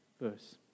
Verse